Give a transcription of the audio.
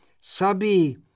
Sabi